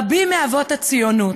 רבים מאבות הציונות,